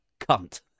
cunt